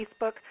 Facebook